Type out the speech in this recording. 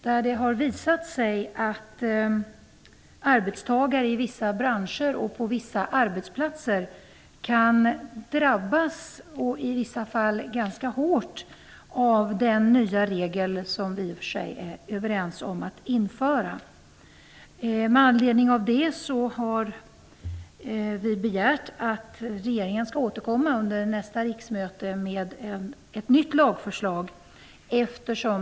Det har visat sig att arbetstagare i vissa branscher och på vissa arbetsplatser ibland kan drabbas ganska hårt av den nya regel som vi i och för sig är överens om att införa. Med anledning av det har vi begärt att regeringen skall återkomma under nästa riksmöte med ett nytt lagförslag.